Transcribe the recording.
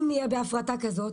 אם נהיה בהפרטה כזאת,